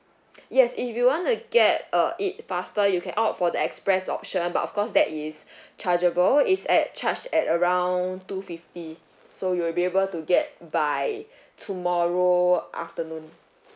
yes if you want to get uh it faster you can opt for the express option but of course that is chargeable it's at charged at around two fifty so you'll be able to get by tomorrow afternoon